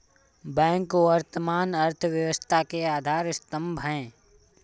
bank वर्तमान अर्थव्यवस्था के आधार स्तंभ है